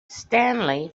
stanley